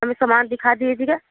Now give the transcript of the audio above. हमें सामान दिखा दीजिएगा